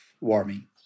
warming